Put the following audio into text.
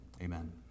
amen